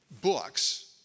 books